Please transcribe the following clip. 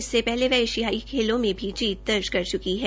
इससे पहले वह ऐशियाई खेलों में भी जीत दर्ज कर च्की है